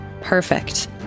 Perfect